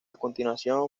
continuación